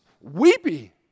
weepy